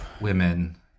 women